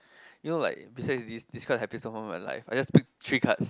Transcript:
you know like beside this this happiest moment of my life I just pick three cards